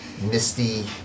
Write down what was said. misty